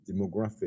demographic